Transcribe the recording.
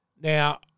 Now